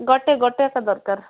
ଗୋଟେ ଗୋଟେ ଏକା ଦରକାର